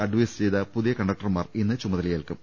advice ചെയ്ത പുതിയ കണ്ടക്ടർമാർ ഇന്ന് ചുമതലയേൽക്കും